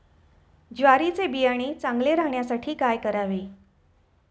ज्वारीचे बियाणे चांगले राहण्यासाठी काय करावे?